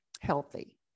healthy